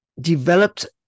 developed